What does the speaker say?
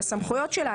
והסמכויות שלה,